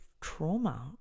trauma